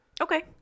Okay